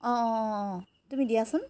অঁ অঁ অঁ তুমি দিয়াচোন